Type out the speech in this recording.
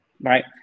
right